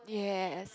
yes